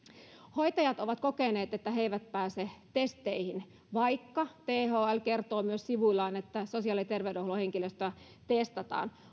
hoitajat ovat kokeneet että he eivät pääse testeihin vaikka thl kertoo sivuillaan että sosiaali ja terveydenhuollon henkilöstöä testataan